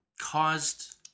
caused